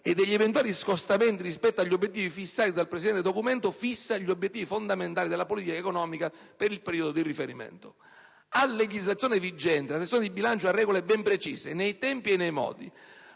e degli eventuali scostamenti rispetto agli obiettivi fissati, stabilisce gli obiettivi fondamentali della politica economica per il periodo di riferimento. A legislazione vigente, la sessione di bilancio ha regole ben precise nei tempi e nei modi.